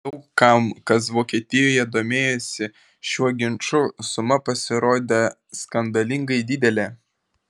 daug kam kas vokietijoje domėjosi šiuo ginču suma pasirodė skandalingai didelė